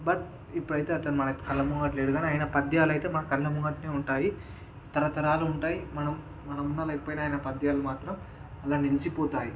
but ఇప్పుడైతే అతను మన కళ్ళముంగట లేడు కానీ ఆయన పద్యాలైతే మన కళ్ళ ముంగటే ఉంటాయి తరతరాలు ఉంటాయి మనం మనం ఉన్నా లేకున్నా ఆయన పద్యాలు మాత్రం అలా నిలిచిపోతాయి